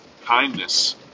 kindness